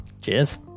Cheers